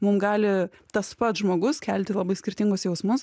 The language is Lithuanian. mum gali tas pats žmogus kelti labai skirtingus jausmus